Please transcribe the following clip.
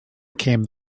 came